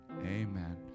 Amen